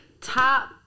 top